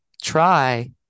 Try